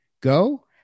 Go